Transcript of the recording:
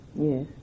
yes